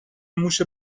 موش